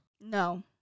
No